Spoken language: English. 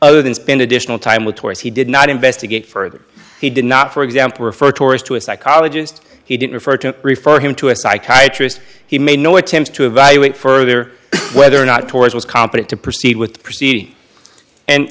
other than spend additional time with tours he did not investigate further he did not for example refer tourist to a psychologist he didn't refer to refer him to a psychiatrist he made no attempt to evaluate further whether or not torres was competent to proceed with the proceeding and